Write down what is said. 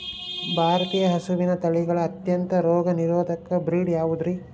ಭಾರತೇಯ ಹಸುವಿನ ತಳಿಗಳ ಅತ್ಯಂತ ರೋಗನಿರೋಧಕ ಬ್ರೇಡ್ ಯಾವುದ್ರಿ?